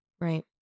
Right